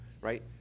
right